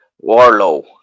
Warlow